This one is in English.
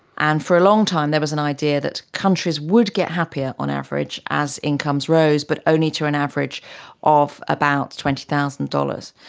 and for a long time there was an idea that countries would get happier on average as incomes rose, but only to an average of about twenty thousand dollars.